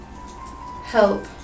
help